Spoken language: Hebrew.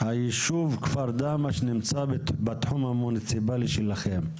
היישוב כפר דהמש נמצא בתחום המוניציפאלי שלכם.